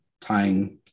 tying